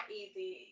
easy